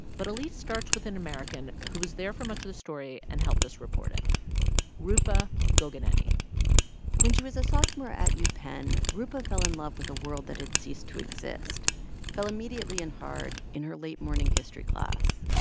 but alix starts with an american who was there for much of the story and helped us report it roopa gogineni when she was a sophomore at yeah upenn, roopa fell in love with a world that had ceased to exist fell immediately in hard in her late-morning history class.